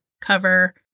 cover